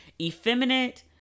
effeminate